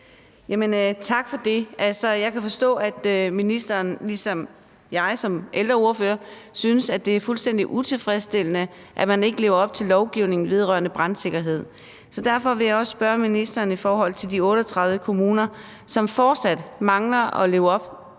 Tak for det. Jeg kan forstå, at ministeren ligesom jeg som ældreordfører synes, at det er fuldstændig utilfredsstillende, at man ikke lever op til lovgivningen vedrørende brandsikkerhed. Så derfor vil jeg også spørge ministeren i forhold til de 38 kommuner, som fortsat mangler at leve op